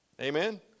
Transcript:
Amen